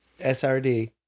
srd